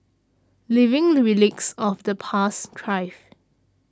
living relics of the past thrive